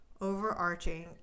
overarching